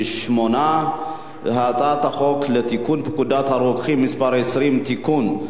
8. הצעת חוק לתיקון פקודת הרוקחים (מס' 20) (תיקון),